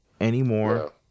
anymore